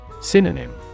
Synonym